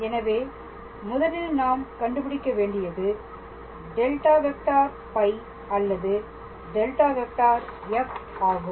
எனவே முதலில் நாம் கண்டுபிடிக்க வேண்டியது ∇⃗ φ அல்லது ∇⃗ f ஆகும்